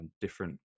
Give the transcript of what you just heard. different